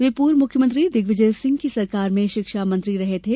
वे पूर्व मुख्यमंत्री दिग्विजय सिंह की सरकार में शिक्षा मंत्री रहे थे